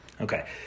Okay